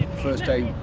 first day.